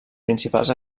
principals